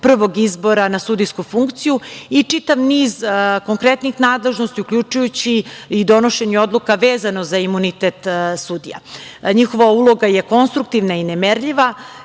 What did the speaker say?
prvog izbora na sudijsku funkciju, i čitav niz konkretnih nadležnosti uključujući i donošenje odluka vezano za imunitet sudija. Njihova uloga je konstruktivna i nemerljiva.